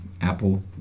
Apple